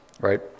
right